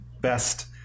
best